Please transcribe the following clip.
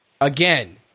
again